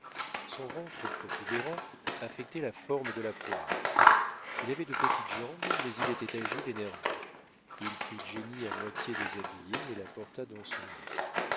son ventre protubérant affectait la forme de la poire il avait de petites jambes mais il était agile et nerveux il prit jenny à moitié déshabillée et la porta dans son lit